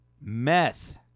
meth